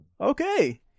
Okay